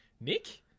Nick